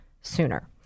sooner